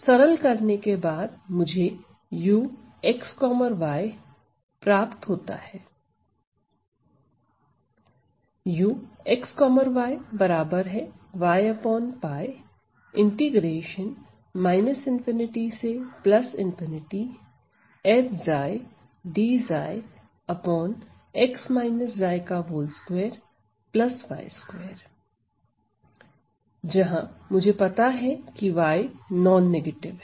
सरल करने के बाद मुझे uxyप्राप्त होता है जहां मुझे पता है की y नॉन नेगेटिव है